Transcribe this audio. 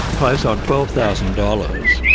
close on twelve thousand dollars,